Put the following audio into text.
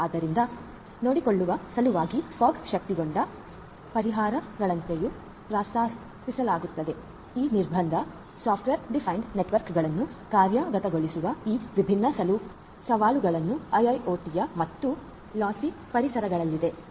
ಆದ್ದರಿಂದ ನೋಡಿಕೊಳ್ಳುವ ಸಲುವಾಗಿ ಫಾಗ್ ಶಕ್ತಗೊಂಡ ಪರಿಹಾರಗಳಂತೆಯೂ ಪ್ರಸ್ತಾಪಿಸಲಾಗುತ್ತಿದೆ ಈ ನಿರ್ಬಂಧ ಸಾಫ್ಟ್ವೇರ್ ಡಿಫೈನ್ಡ್ ನೆಟ್ವರ್ಕ್ಗಳನ್ನು ಕಾರ್ಯಗತಗೊಳಿಸುವ ಈ ವಿಭಿನ್ನ ಸವಾಲುಗಳನ್ನು ಐಐಒಟಿIIoTಯ ಮತ್ತು ಲಾಸಿ ಪರಿಸರಗಳಲಿದೆ